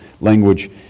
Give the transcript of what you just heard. language